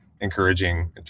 encouraging